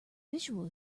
visual